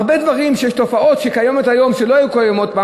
הרבה תופעות שקיימות היום שלא היו קיימות פעם,